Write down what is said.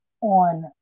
on